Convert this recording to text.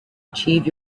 achieve